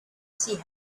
see